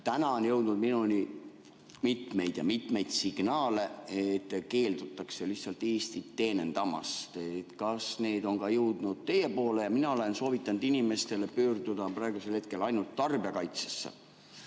Täna on jõudnud minuni mitmeid ja mitmeid signaale, et keeldutakse lihtsalt Eestit teenindamast. Kas need on jõudnud ka teieni? Mina olen soovitanud inimestel pöörduda praegusel hetkel tarbijakaitsesse,